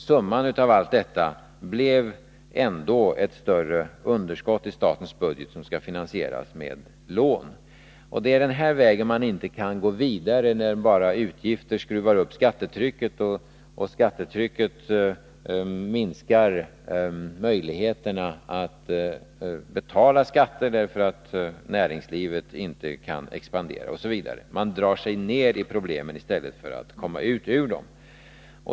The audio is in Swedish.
Summan av allt detta blev ändå ett större underskott i statens budget, som skall finansieras med lån. Det är den vägen man inte kan gå vidare på — utgifter skruvar upp skat "rycket och skattetrycket minskar möjligheterna att betala skatter dö > att näringslivet inte kan expandera osv. Man låter sig dras ner i probiemen istället för att komma ur dem.